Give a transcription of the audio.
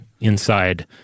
inside